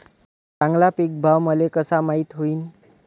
चांगला पीक भाव मले कसा माइत होईन?